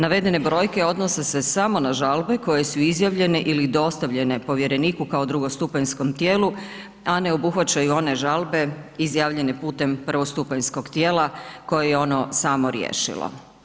Navedene brojke odnose se samo na žalbe koje su izjavljene ili dostavljene povjereniku kao drugostupanjskom tijelu, a ne obuhvaćaju one žalbe izjavljene putem prvostupanjskog tijela koje je ono samo riješilo.